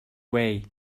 way